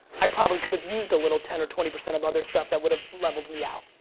i probably could have used a little ten or twenty percent of other stuff that would have leveled me out.